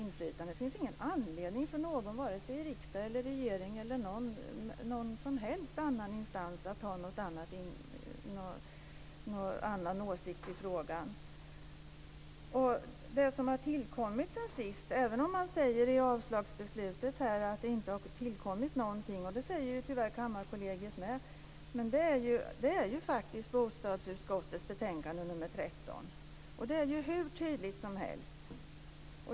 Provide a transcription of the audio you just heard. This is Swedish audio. Det finns ingen anledning för någon, vare sig i riksdagen eller i någon annan instans, att ha någon annan åsikt i frågan. Man säger i avslagsbeslutet att det inte har tillkommit någonting nytt, och det säger tyvärr också Kammarkollegiet. Men det som har tillkommit är ju bostadsutskottets betänkande nr 13, och det är hur tydligt som helst.